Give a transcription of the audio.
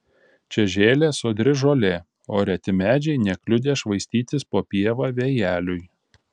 čia žėlė sodri žolė o reti medžiai nekliudė švaistytis po pievą vėjeliui